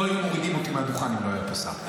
לא היו מורידים אותי מהדוכן אם לא היה פה שר.